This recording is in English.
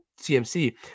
CMC